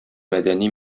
мәдәни